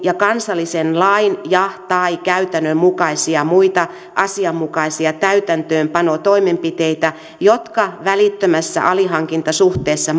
ja kansallisen lain ja tai käytännön mukaisia muita asianmukaisia täytäntöönpanotoimenpiteitä jotka välittömässä alihankintasuhteessa